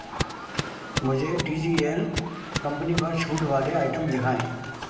मुझे T G L company पर छूट वाले आइटम दिखाएँ